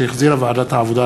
שהחזירה ועדת העבודה,